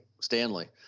Stanley